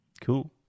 Cool